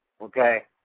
Okay